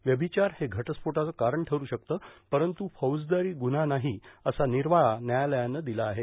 व्यभिचार हे घटस्फोटाचं कारण ठरू शकतं परंतु तो फौजदारी गुव्हा नाही असा निर्वाछा न्यायालयानं दिला आहे